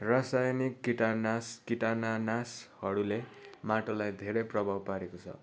रसायनिक किटनास किटाणुनासहरूले माटोलाई धेरै प्रभाव पारेको छ